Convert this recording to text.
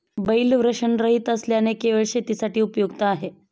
बैल वृषणरहित असल्याने केवळ शेतीसाठी उपयुक्त आहे